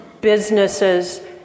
businesses